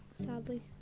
sadly